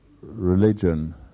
religion